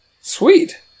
Sweet